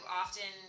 often